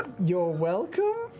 you're welcome?